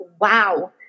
wow